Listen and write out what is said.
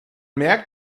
merkt